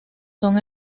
son